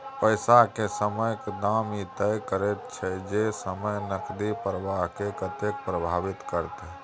पैसा के समयक दाम ई तय करैत छै जे समय नकदी प्रवाह के कतेक प्रभावित करते